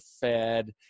fed